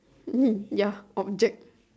!ee! ya object